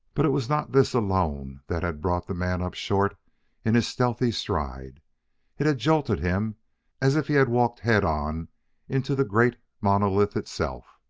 but it was not this alone that had brought the man up short in his stealthy stride it had jolted him as if he had walked head on into the great monolith itself.